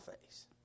face